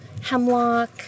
hemlock